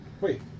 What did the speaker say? Wait